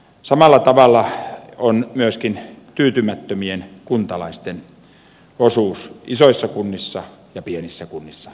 samalla tavalla on myöskin tyytymättömien kuntalaisten osuus isoissa kunnissa ja pienissä kunnissa ja siltä väliltä